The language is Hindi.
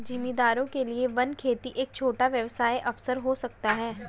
जमींदारों के लिए वन खेती एक छोटा व्यवसाय अवसर हो सकता है